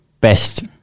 best